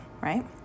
right